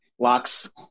locks